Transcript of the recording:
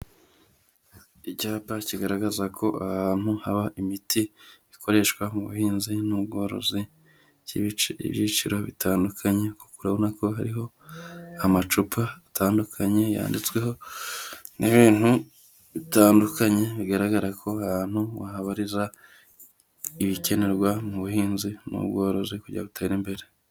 Icyapa kigaragaza ko aha hantu haba imiti ikoreshwa mu buhinzi n'ubworozi y'ibyiciro bitandukanye, kuko urabona ko hariho amacupa atandukanye yanditsweho n'ibintu bitandukanye, bigaragara ko aha hantu wahabariza ibikenerwa mu buhinzi n'ubworozi kugira ngo utera imbere.